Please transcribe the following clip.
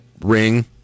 ring